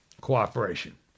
Cooperation